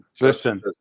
Listen